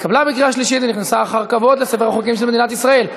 התקבלה בקריאה שלישית ונכנסה אחר כבוד לספר החוקים של מדינת ישראל.